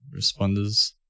responders